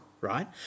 right